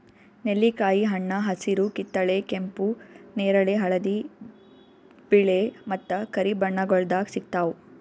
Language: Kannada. ನೆಲ್ಲಿಕಾಯಿ ಹಣ್ಣ ಹಸಿರು, ಕಿತ್ತಳೆ, ಕೆಂಪು, ನೇರಳೆ, ಹಳದಿ, ಬಿಳೆ ಮತ್ತ ಕರಿ ಬಣ್ಣಗೊಳ್ದಾಗ್ ಸಿಗ್ತಾವ್